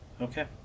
Okay